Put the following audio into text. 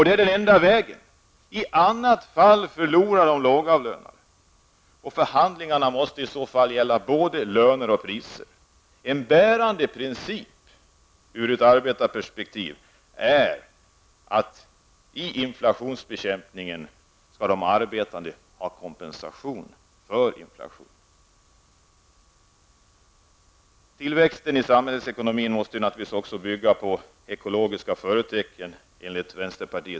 Det är den enda vägen, i annat fall förlorar återigen de lågavlönade. Förhandlingarna måste i så fall gälla både löner och priser. En bärande princip i inflationsbekämpningen ur arbetarperspektiv är att de arbetande skall kompenseras för inflationen. Tillväxten i samhällsekonomin måste naturligtvis bygga på ekologiska förutsättningar.